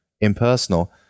impersonal